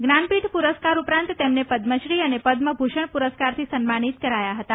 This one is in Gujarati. જ્ઞાનપીઠ પુરસ્કાર ઉપરાંત તેમને પદ્મશ્રી અને પદ્મ ભૂષણ પુરસ્કારથી સન્માનિત કરાયા હતા